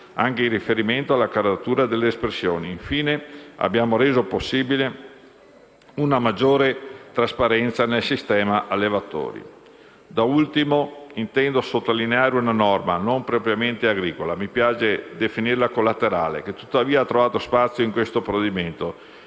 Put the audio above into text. anche in riferimento alla caratura delle espressioni. Infine, abbiamo reso possibile una maggiore trasparenza nel sistema allevatori. Da ultimo, intendo sottolineare una norma non propriamente agricola (mi piace definirla collaterale), che tuttavia ha trovato spazio in questo provvedimento: